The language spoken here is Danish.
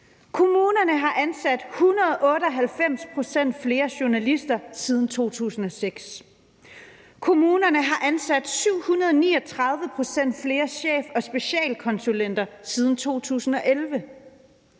Kommunerne har ansat 198 pct. flere journalister siden 2006. Kommunerne har ansat 739 pct. flere chef- og specialkonsulenter siden 2011.